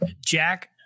Jack